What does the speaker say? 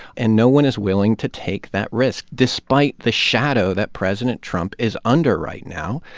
and no one is willing to take that risk. despite the shadow that president trump is under right now,